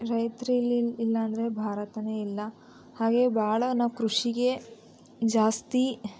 ರೈತರು ಇಲ್ಲಿಲ್ಲ ಇಲ್ಲ ಅಂದರೆ ಭಾರತನೇ ಇಲ್ಲ ಹಾಗೆ ಭಾಳ ನಾವು ಕೃಷಿಗೆ ಜಾಸ್ತಿ